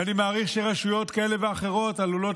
ואני מעריך שרשויות כאלה ואחרות עלולות